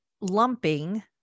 lumping